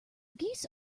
geese